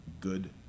good